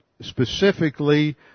specifically